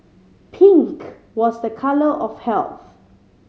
pink was a colour of health